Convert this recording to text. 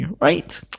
right